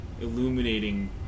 illuminating